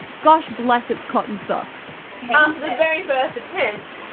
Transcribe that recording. gosh bless it's cotton socks. after the very first attempt